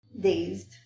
dazed